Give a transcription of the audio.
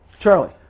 Charlie